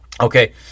Okay